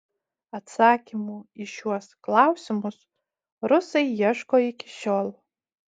atsakymų į šiuos klausimus rusai ieško iki šiol